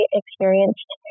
experienced